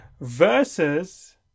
versus